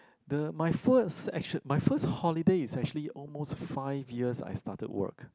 the my first actually my first holiday is actually almost five years I started work